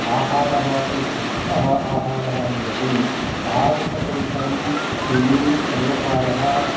आहारः अपि शुद्धः आहारः मिलति तादृशपरिसरं यदि सर्वकारः